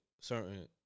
certain